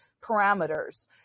parameters